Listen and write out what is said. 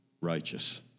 righteous